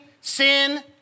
sin